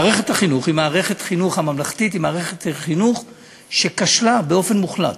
מערכת החינוך הממלכתית היא מערכת חינוך שכשלה באופן מוחלט.